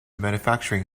manufacturing